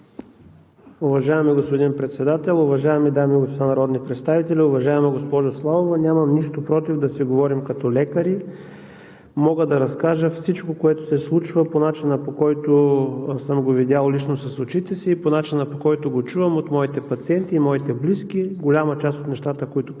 Уважаеми господин Председател, уважаеми дами и господа народни представители! Уважаема госпожо Славова, нямам нищо против да си говорим като лекари. Мога да разкажа всичко, което се случва по начина, по който съм го видял лично с очите си, и по начина, по който го чувам от моите пациенти, моите близки. Голяма част от нещата, които казвате